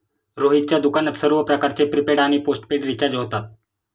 रोहितच्या दुकानात सर्व प्रकारचे प्रीपेड आणि पोस्टपेड रिचार्ज होतात